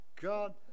God